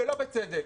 ולא בצדק.